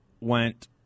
went